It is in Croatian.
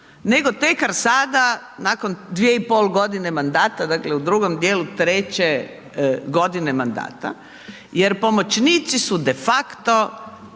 nego tek sada nakon dvije i pol godine mandata, dakle, u drugom dijelu treće godine mandata jer pomoćnici su defakto